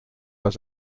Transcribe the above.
pas